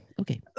Okay